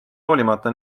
hoolimata